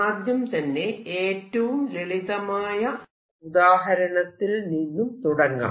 ആദ്യം തന്നെ ഏറ്റവും ലളിതമായ ഉദാഹരണത്തിൽ നിന്ന് തുടങ്ങാം